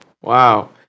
Wow